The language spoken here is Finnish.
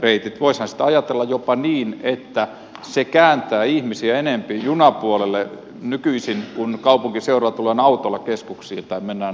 voisihan sitä ajatella jopa niin että se kääntää ihmisiä enempi junapuolelle kun nykyisin kaupunkiseudulla tullaan keskuksiin tai mennään omaan kotiin autolla